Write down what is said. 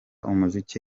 umuziki